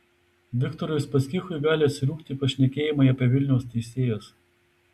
viktorui uspaskichui gali atsirūgti pašnekėjimai apie vilniaus teisėjus